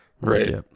Right